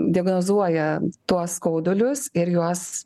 diagnozuoja tuos skaudulius ir juos